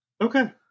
Okay